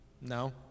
No